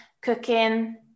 cooking